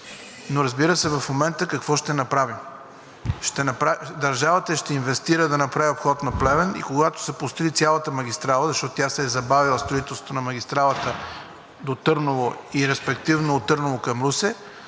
Разбира се, в момента какво ще направим? Държавата ще инвестира да направи обход на Плевен и когато се построи цялата магистрала, защото тя се е забавила, строителството на магистралата до Търново и респективно от Търново към Русе,